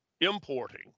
importing